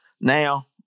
now